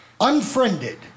Unfriended